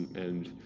and